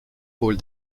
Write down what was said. rôle